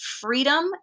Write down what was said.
freedom